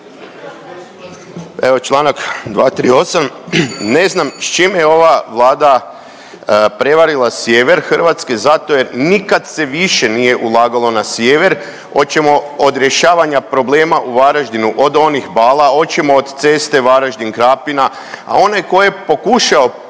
Evo Članak 238., ne znam s čime je ova Vlada prevarila sjever Hrvatske zato jer nikad se više nije ulagalo na sjever oćemo od rješavanja problema u Varaždinu od onih bala, oćemo od ceste Varaždin – Krapina, a onaj ko je pokušao